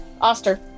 Oster